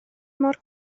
mor